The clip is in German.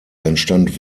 entstand